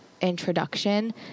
introduction